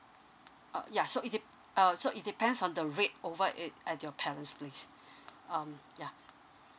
oh ya so it de~ uh so it depends on the rate over at at your parent's place um ya